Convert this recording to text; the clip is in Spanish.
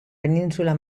península